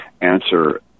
answer